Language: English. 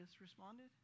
responded